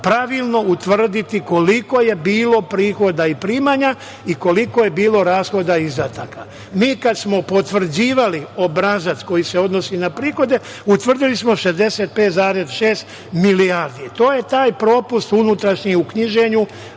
pravilno utvrditi koliko je bilo prihoda i primanja i koliko je bilo rashoda i izdataka. Mi kada smo potvrđivali obrazac koji se odnosi na prihode, utvrdili smo 65,6 milijardi. To je taj propust unutrašnji u knjiženju,